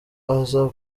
aza